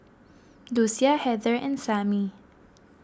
Lucia Heather and Samie